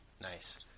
Nice